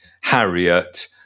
Harriet